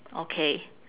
okay